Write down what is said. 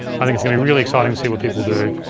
i think it's gonna be really exciting to see what people do.